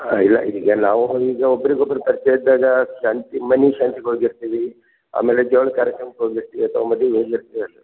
ಹಾಂ ಇಲ್ಲ ಈಗ ನಾವು ಈಗ ಒಬ್ರಿಗೆ ಒಬ್ಬರು ಪರ್ಚಯ ಇದ್ದಾಗ ಸಂತೆ ಮನೆ ಸಂತೆಗೋಗಿರ್ತೀವಿ ಆಮೇಲೆ ಜವಳಿ ಕಾರ್ಯಕ್ರಮಕ್ಕೆ ಹೋಗಿರ್ತೀವಿ ಅಥವಾ ಮದಿಗೆ ಹೋಗಿರ್ತೀವಿ ಅಲ್ಲಿ